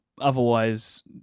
Otherwise